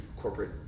corporate